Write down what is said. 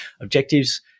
objectives